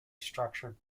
structured